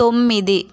తొమ్మిది